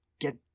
get